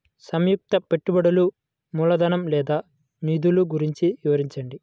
సంయుక్త పెట్టుబడులు మూలధనం లేదా నిధులు గురించి వివరించండి?